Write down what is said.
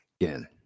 again